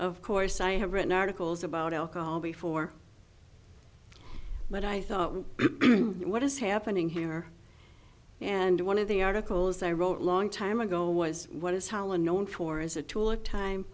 of course i have written articles about alcohol before but i thought what is happening here and one of the articles i wrote a long time ago was what is holland known for as a tool of time